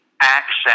access